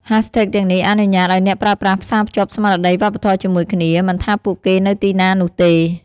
ហាស់ថេកទាំងនេះអនុញ្ញាតឱ្យអ្នកប្រើប្រាស់ផ្សាភ្ជាប់ស្មារតីវប្បធម៌ជាមួយគ្នា មិនថាពួកគេនៅទីណានោះទេ។